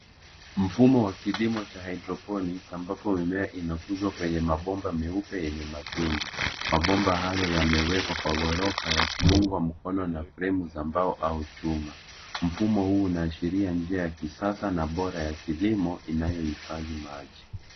Mfumo wa kilimo cha hydroponics ambapo mimea inakuzwa kwenye mabomba meupe yenye matundu. Mabomba hayo yamewekwa kwa ghorofa yakiungwa mkono na fremu za mbao au chuma. Mfumo huu unaashiria njia ya kisasa na bora ya kilimo inayohifadhi maji.